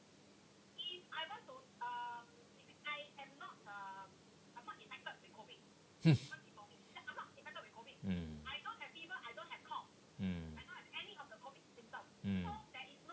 hmm mm mm mm